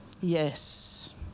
Yes